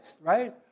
right